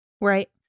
right